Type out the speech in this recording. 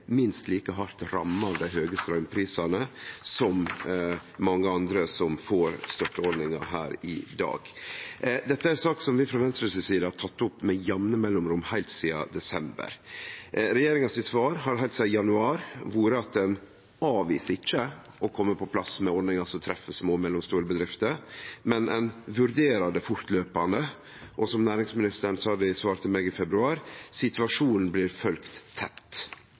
minst like hardt ramma av dei høge straumprisane som mange andre som får støtteordningar her i dag. Dette er ei sak som vi frå Venstre si side har tatt opp med jamne mellomrom heilt sidan desember. Regjeringa sitt svar har heilt sidan januar vore at ein ikkje avviser å kome på plass med ordningar som treff små og mellomstore bedrifter, men at ein vurderer det fortløpande. Som næringsministeren svarte meg i februar: Situasjonen blir følgt tett.